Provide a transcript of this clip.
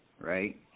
right